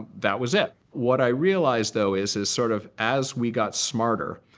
that was it. what i realized, though, is, is sort of as we got smarter,